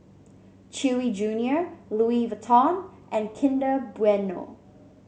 Chewy Junior Louis Vuitton and Kinder Bueno